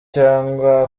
cyangwa